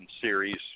series